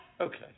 Okay